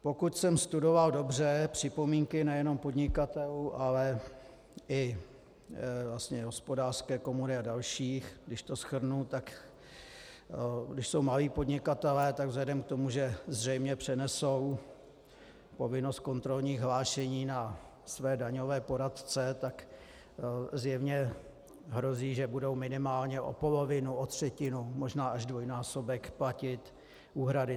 Pokud jsem studoval dobře připomínky nejenom podnikatelů, ale i Hospodářské komory a dalších, když to shrnu, tak když jsou malí podnikatelé, tak vzhledem k tomu, že zřejmě přenesou povinnost kontrolních hlášení na své daňové poradce, tak zjevně hrozí, že budou minimálně o polovinu, o třetinu, možná až dvojnásobek platit úhrady.